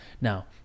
Now